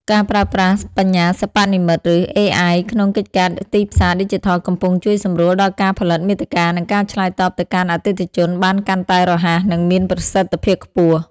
ការប្រើប្រាស់បញ្ញាសិប្បនិម្មិត (ឬ AI) ក្នុងកិច្ចការទីផ្សារឌីជីថលកំពុងជួយសម្រួលដល់ការផលិតមាតិកា និងការឆ្លើយតបទៅកាន់អតិថិជនបានកាន់តែរហ័ស និងមានប្រសិទ្ធភាពខ្ពស់។